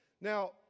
Now